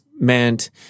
meant